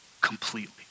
completely